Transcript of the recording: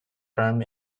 firm